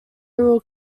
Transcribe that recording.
rural